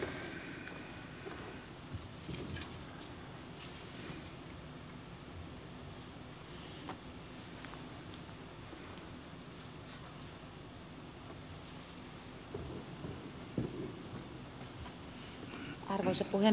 arvoisa puhemies